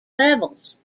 levels